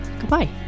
goodbye